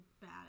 bad